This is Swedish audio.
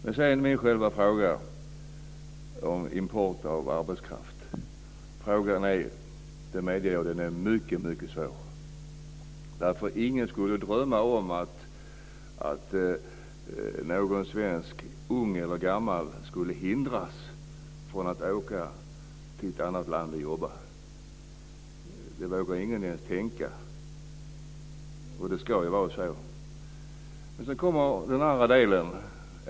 Sedan kommer jag till min fråga om import av arbetskraft. Frågan är - det medger jag - mycket svår. Ingen skulle drömma om att någon svensk - ung eller gammal - skulle hindras från att åka till ett annat land och jobba. Det vågar ingen ens tänka. Det ska vara så. Sedan kommer den andra delen.